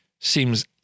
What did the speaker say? seems